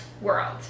world